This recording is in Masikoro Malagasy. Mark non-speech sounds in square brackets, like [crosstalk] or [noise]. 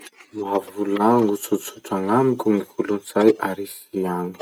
[noise] Mba volagno tsotsotra gn'amiko hoe gny kolotsay a Russie [noise] agny?